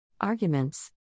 Arguments